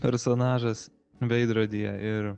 personažas veidrodyje ir